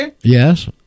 Yes